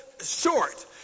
short